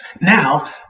Now